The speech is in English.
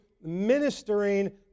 ministering